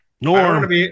Norm